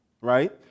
right